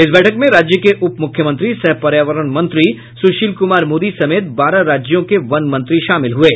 इस बैठक में राज्य के उप मुख्यमंत्री सह पर्यावरण मंत्री सुशील कुमार मोदी समेत बारह राज्यों के वन मंत्री शामिल हुये